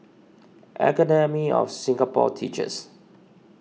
Academy of Singapore Teachers